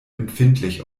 empfindlich